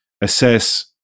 assess